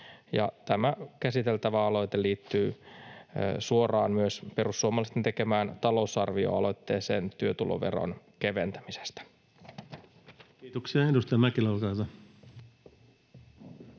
Tämä käsiteltävä aloite liittyy suoraan myös perussuomalaisten tekemään talousar-vioaloitteeseen työtuloveron keventämisestä. [Speech 250] Speaker: